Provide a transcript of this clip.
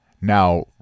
Now